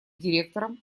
директором